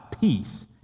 peace